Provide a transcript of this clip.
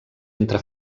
entre